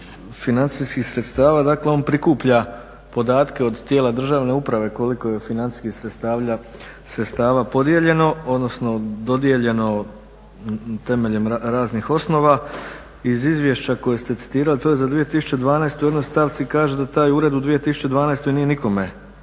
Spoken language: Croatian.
financijskih sredstava. Dakle, on prikuplja podatke od tijela državne uprave koliko je financijskih sredstava podijeljeno, odnosno dodijeljeno temeljem raznih osnova. Iz izvješća koje ste citirali to je za 2012. u jednoj stavci kaže da taj ured u 2012. nije nikome,